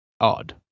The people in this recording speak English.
odd